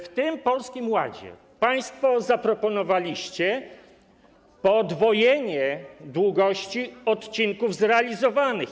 W tym Polskim Ładzie państwo zaproponowaliście podwojenie długości odcinków zrealizowanych.